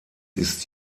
ist